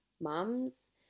mums